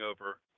over